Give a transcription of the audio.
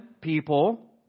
people